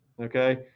Okay